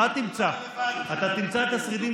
מה תמצא, תמצא שרידים